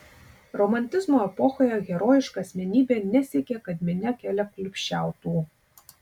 romantizmo epochoje herojiška asmenybė nesiekė kad minia keliaklupsčiautų